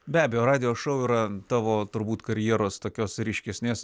be abejo radijo šou yra tavo turbūt karjeros tokios ryškesnės